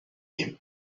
him